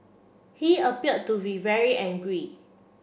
he appeared to be very angry